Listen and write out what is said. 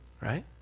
right